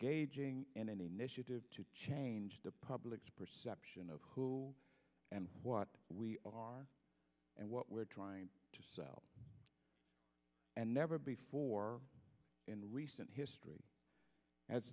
gaging and any new issues to change the public's perception of who and what we are and what we're trying to sell and never before in recent history has